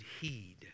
heed